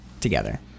together